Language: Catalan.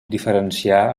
diferenciar